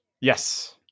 yes